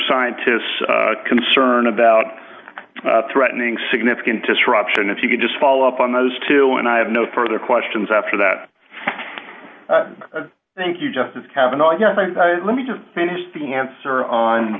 scientists concern about threatening significant disruption if you could just follow up on those two and i have no further questions after that thank you just as kavanagh yes i let me just finish the answer on